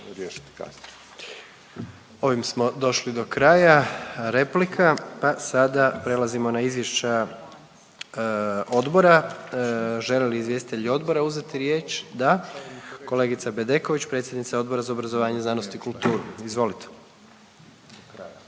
Ovim smo došli do kraja replika pa sada prelazimo na izvješća odbora. Žele li izvjestitelji odbora uzeti riječ? Da. Kolegice Bedeković, predsjednica Odbora za obrazovanje, znanost i kulturu, izvolite.